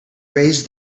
raise